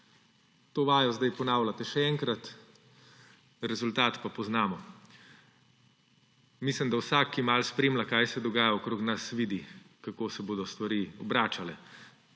To vajo zdaj ponavljate še enkrat, rezultat pa poznamo. Mislim, da vsak, ki malo spremlja, kaj se dogaja okrog nas, vidi, kako se bodo stvari obračale.